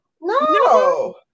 No